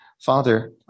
Father